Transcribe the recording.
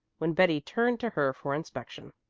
when betty turned to her for inspection.